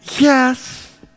Yes